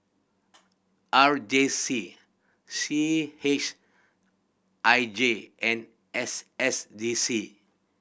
R J C C H I J and S S D C